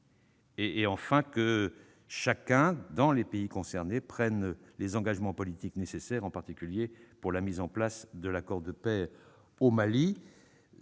; enfin, chacun des pays concernés doit prendre les engagements politiques nécessaires, en particulier pour la mise en place de l'accord de paix au Mali.